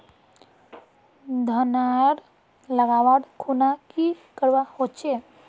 धानेर लगवार खुना की करवा होचे?